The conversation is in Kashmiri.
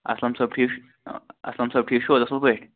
اَسلَم صٲب ٹھیٖک چھِ اَسلَم صٲب ٹھیٖک چھُو حظ اَصٕل پٲٹھۍ